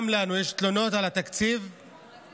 גם לנו יש תלונות על התקציב ורוצים